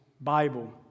Bible